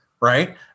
Right